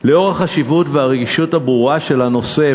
לאור החשיבות והרגישות הברורה של הנושא,